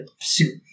suit